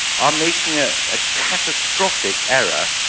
are making a ah catastrophic error,